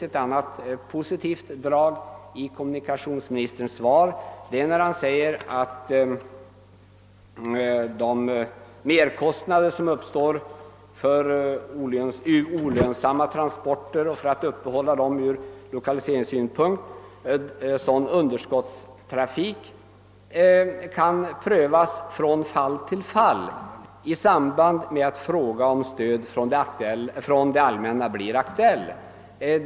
Ett annat positivt inslag i kommunikationsministerns svar är när han säger att de merkostnader, som uppkommer genom att olönsamma transporter upprätthålls av lokaliseringspolitiska skäl, får täckas i särskild ordning och att frågan om vilken underskottstrafik som skall upprätthållas får prövas från fall till fall, i samband med att frågan om stöd från det allmänna blir aktuell.